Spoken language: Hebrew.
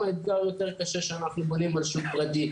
אתגר יותר קשה שאנחנו בונים על שוק פרטי.